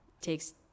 takes